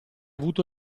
avuto